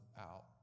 out